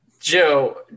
Joe